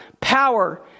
Power